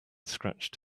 scratched